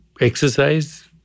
exercise